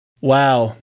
Wow